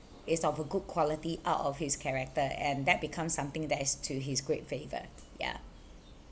is of a good quality out of his character and that becomes something that is to his great favour yeah